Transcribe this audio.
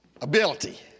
ability